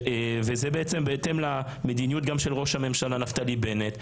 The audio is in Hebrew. וזה בעצם בהתאם למדיניות של ראש הממשלה נפתלי בנט.